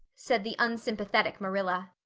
said the unsympathetic marilla.